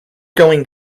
going